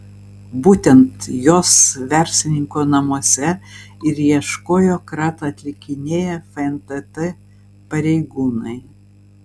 būtent jos verslininko namuose ir ieškojo kratą atlikinėję fntt pareigūnai